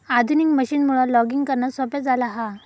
आधुनिक मशीनमुळा लॉगिंग करणा सोप्या झाला हा